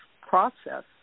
process